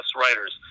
writers